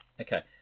Okay